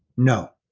no.